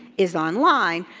is online,